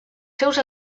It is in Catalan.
seus